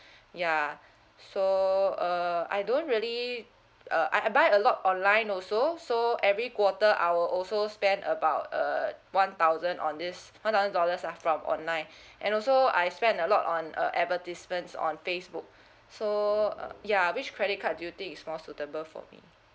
yeah so uh I don't really uh uh I buy a lot online also so every quarter I will also spend about uh one thousand on this one thousand dollars lah from online and also I spend a lot on uh advertisements on facebook so uh ya which credit card do you think is more suitable for me